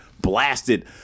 blasted